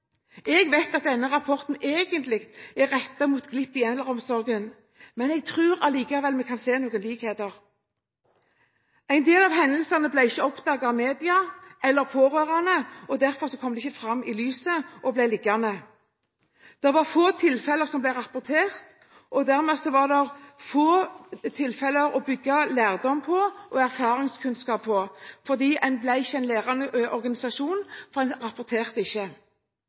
Jeg vet at denne rapporten egentlig er rettet mot glipper i eldreomsorgen, men jeg tror likevel vi kan se noen likheter. En del av hendelsene ble ikke oppdaget av media eller pårørende. Derfor kom de ikke fram i lyset og ble liggende. Det var få tilfeller som ble rapportert. Dermed var det få tilfeller å bygge lærdom og erfaringskunnskap på – man ble ikke en lærende organisasjon fordi man ikke rapporterte.